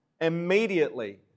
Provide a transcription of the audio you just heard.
Immediately